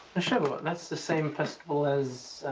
the shavuot, that's the same festival as?